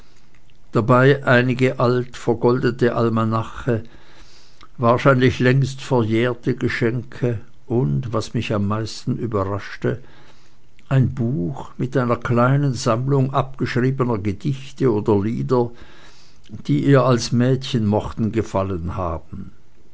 dabei einige alte vergoldete almanache wahrscheinlich längst verjährte geschenke und was mich am meisten überraschte ein buch mit einer kleinen sammlung abgeschriebener gedichte oder lieder die ihr als mädchen mochten gefallen haben